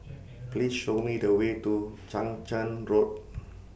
Please Show Me The Way to Chang Charn Road